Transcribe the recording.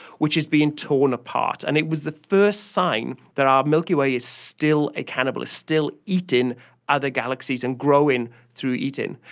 which is being torn apart. and it was the first sign that our milky way is still a cannibal, is still eating other galaxies and growing through eating.